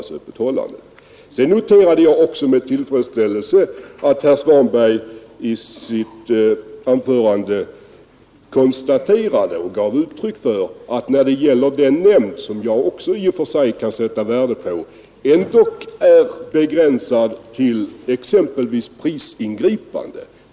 Sedan noterade jag med stor tillfredsställelse att herr Svanberg i sitt anförande konstaterade att den här nämnden, som jag i och för sig också kan sätta värde på, ändå skall begränsa sin verksamhet t.ex. till prisingripanden.